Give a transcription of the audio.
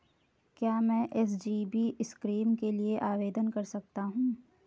क्या मैं SGB scheme के लिए आवेदन कर सकता हूँ?